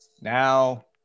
Now